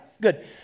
good